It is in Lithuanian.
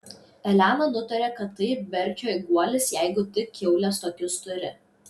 elena nutarė kad tai berčio guolis jeigu tik kiaulės tokius turi